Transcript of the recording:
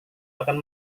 akan